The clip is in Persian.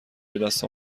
بدست